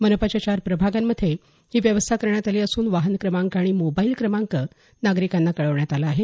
मनपाच्या चार प्रभागांमध्ये ही व्यवस्था करण्यात आली असून वाहन क्रमांक आणि मोबाईल क्रमांक नागरिकांना कळवण्यात आला आहे